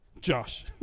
Josh